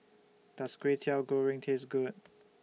Does Kwetiau Goreng Taste Good